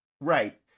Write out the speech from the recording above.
Right